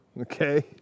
okay